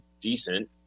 decent